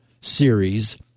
series